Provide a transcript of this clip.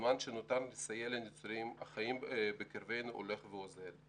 הזמן שנותר לסייע לניצולים החיים בקרבנו הולך ואוזל.